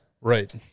Right